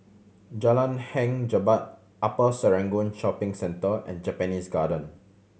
Jalan Hang Jebat Upper Serangoon Shopping Centre and Japanese Garden